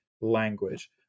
language